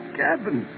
cabin